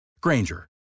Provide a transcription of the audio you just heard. Granger